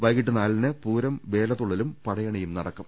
വൈക്ടീട്ട് നാലിന് പൂരം വേലതുള്ളലും പടയണിയും നടക്കും